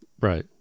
Right